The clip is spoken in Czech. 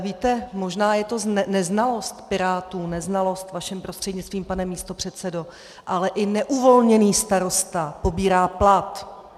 Víte, možná je to neznalost pirátů, neznalost, vaším prostřednictvím, pane místopředsedo, ale i neuvolněný starosta pobírá plat.